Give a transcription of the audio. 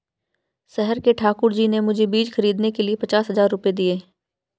शहर के ठाकुर जी ने मुझे बीज खरीदने के लिए पचास हज़ार रूपये दिए